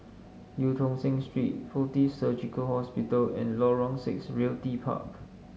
Eu Tong Sen Street Fortis Surgical Hospital and Lorong Six Realty Park